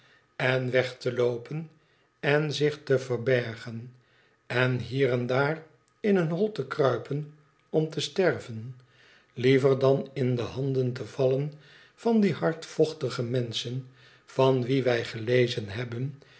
en weg te loopen en zich te verbergen en hier en daar in een hol te kruipen om testerven liever dan in de handen te vallen van die hardvochtige menschen van wie wij gelezen hebben